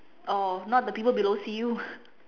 oh not the people below see you